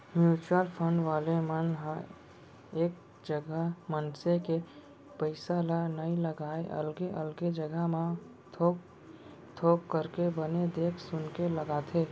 mutual fund वाले मन ह एक जगा मनसे के पइसा ल नइ लगाय अलगे अलगे जघा मन म थोक थोक करके बने देख सुनके लगाथे